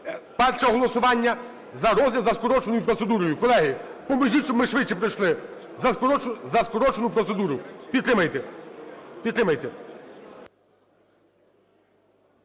Перше голосування – за розгляд за скороченою процедурою. Колеги, поможіть, щоб ми швидше пройшли. За скорочену процедуру. Підтримайте.